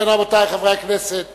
חבר הכנסת אורון,